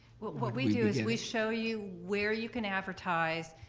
what what we do is we show you where you can advertise,